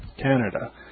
Canada